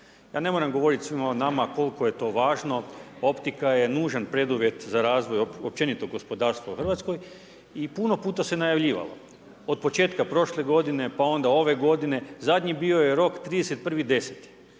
Ja ne moram govoriti svima nama koliko je to važno, optika je nužan preduvjet za razvoj općenito gospodarstva u Hrvatskoj i puno puta se najavljivalo. Od početka prošle godine, pa onda ove godine, zadnji bio je rok 31. 10.